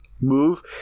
move